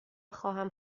خواهم